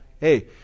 Hey